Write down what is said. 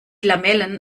lamellen